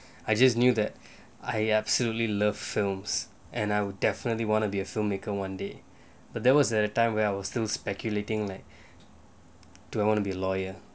I just knew that I absolutely love films and I would definitely want to be a filmmaker one day but there was at a time when I was still speculating like do I want to be lawyer